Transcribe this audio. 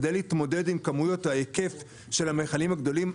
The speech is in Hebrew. כדי להתמודד עם כמויות ההיקף של המכלים הגדולים,